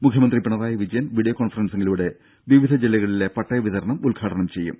മുഖ്യമന്ത്രി പിണറായി വിജയൻ വിഡിയോ കോൺഫറൻസിങ്ങിലൂടെ വിവിധ ജില്ലകളിലെ പട്ടയ വിതരണം ഉദ്ഘാടനം ചെയ്യും